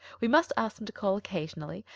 we must ask them to call occasionally.